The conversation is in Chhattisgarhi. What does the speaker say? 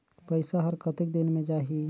पइसा हर कतेक दिन मे जाही?